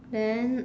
then